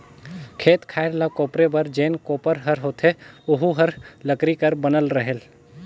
खेत खायर ल कोपरे बर जेन कोपर हर होथे ओहू हर लकरी कर बनल रहेल